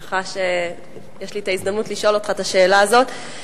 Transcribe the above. אני שמחה שיש לי הזדמנות לשאול אותך את השאלה הזאת.